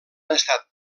estat